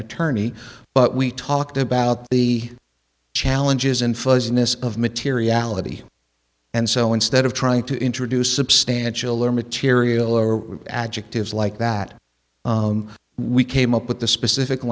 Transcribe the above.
attorney but we talked about the challenges and fuzziness of materiality and so instead of trying to introduce substantial or material or adjectives like that we came up with the specific